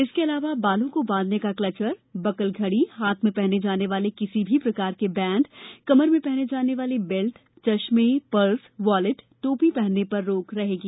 इसके अलावा बालों को बांधने का किलेचर बकल घड़ी हाथ में पहने जाने वाले किसी भी प्रकार के बैंड कमर में पहने जाने वाली बेल्ट चश्मे पर्स वालेट टोपी पहनने पर रोक रहेगी